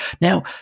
Now